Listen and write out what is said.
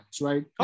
right